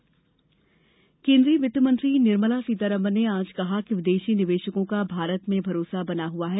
वित्तमंत्री केन्द्रीय वित्तमंत्री निर्मला सीतारमन ने आज कहा कि विदेशी निवेशकों का भारत में भरोसा बना हुआ है